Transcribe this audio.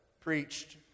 preached